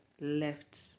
left